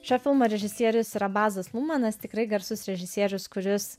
šio filmo režisierius yra bazas lumanas tikrai garsus režisierius kuris